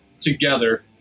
together